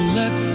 let